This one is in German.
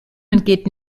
entgeht